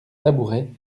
tabouret